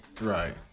Right